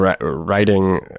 writing